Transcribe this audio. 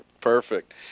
Perfect